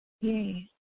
Yay